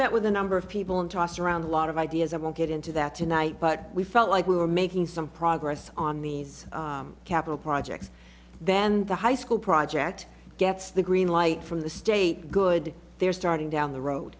met with a number of people and tossed around a lot of ideas i won't get into that tonight but we felt like we were making some progress on these capital projects then the high school project gets the green light from the state good they're starting down the road